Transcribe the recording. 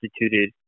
instituted